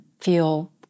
feel